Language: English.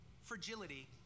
fragility